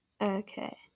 Okay